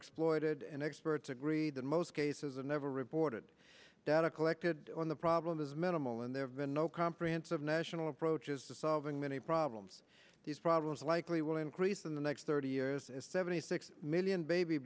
exploited and experts agreed in most cases and never reported data collected on the problem is minimal and there have been no comprehensive national approaches to solving many problems these problems likely will increase in the next thirty years as seventy six million baby